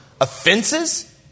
offenses